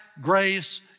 grace